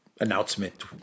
announcement